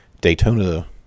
Daytona